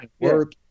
work